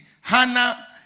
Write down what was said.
Hannah